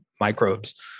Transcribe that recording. microbes